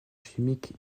chimique